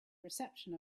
reception